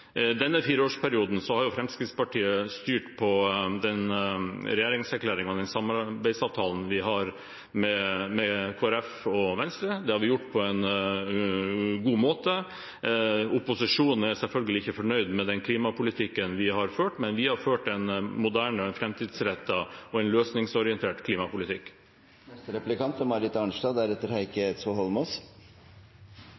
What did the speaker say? Denne fireårsperioden har Fremskrittspartiet styrt etter regjeringserklæringen og samarbeidsavtalen vi har med Kristelig Folkeparti og Venstre. Det har vi gjort på en god måte. Opposisjonen er selvfølgelig ikke fornøyd med klimapolitikken vi har ført, men vi har ført en moderne, framtidsrettet og løsningsorientert klimapolitikk. Fremskrittspartiet er